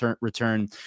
return